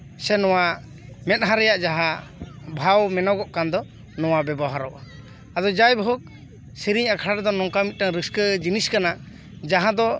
ᱟᱪᱪᱷᱟ ᱱᱚᱣᱟ ᱢᱮᱫᱦᱟ ᱨᱮᱱᱟᱜ ᱡᱟᱦᱟᱸ ᱵᱷᱟᱣ ᱢᱮᱱᱚᱜ ᱠᱟᱱ ᱫᱚ ᱱᱚᱣᱟ ᱵᱮᱵᱚᱦᱟᱨᱚᱜᱼᱟ ᱟᱫᱚ ᱡᱟᱭ ᱦᱳᱠ ᱥᱮᱨᱮᱧ ᱟᱠᱷᱲᱟ ᱨᱮᱫᱚ ᱱᱚᱝᱠᱟ ᱢᱤᱫᱴᱟᱱ ᱨᱟᱹᱥᱠᱟᱹ ᱡᱤᱱᱤᱥ ᱠᱟᱱᱟ ᱡᱟᱦᱟᱸ ᱫᱚ